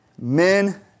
men